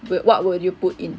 what would you put in